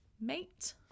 mate